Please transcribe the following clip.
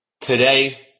Today